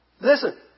Listen